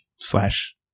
Slash